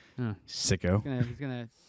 Sicko